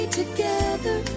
together